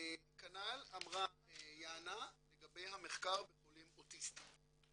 כנ"ל אמרה יאנה לגבי המחקר בחולים אוטיסטים.